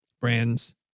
brands